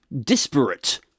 disparate